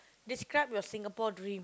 describe your Singapore dream